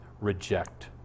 reject